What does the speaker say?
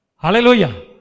Hallelujah